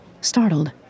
startled